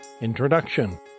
Introduction